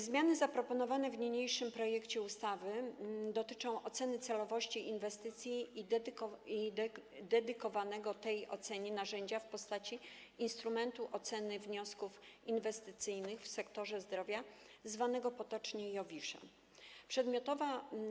Zmiany zaproponowane w niniejszym projekcie ustawy dotyczą oceny celowości inwestycji i dedykowanego tej ocenie narzędzia w postaci instrumentu oceny wniosków inwestycyjnych w sektorze zdrowia zwanego potocznie IOWISZ-em.